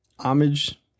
Homage